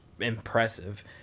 Impressive